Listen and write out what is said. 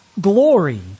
glory